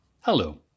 Hello